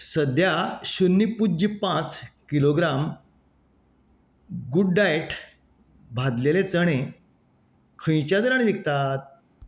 सद्या शुन्य पुज्य पांच किलोग्राम गूड डाएट भाजलेले चणे खंयच्या दरान विकतात